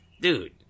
Dude